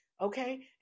Okay